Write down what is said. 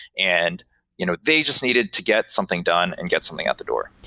and you know they just needed to get something done and get something at the door.